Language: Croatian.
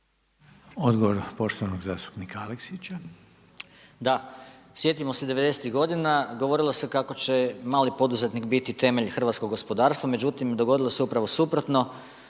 Odgovor poštovanog zastupnika Aleksića. **Aleksić, Goran (SNAGA)** Da, sjetimo se 90-tih godina, govorilo se kako će mali poduzetnik biti temelj hrvatskog gospodarstva. Međutim, dogodilo se upravo suprotno.